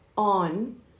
on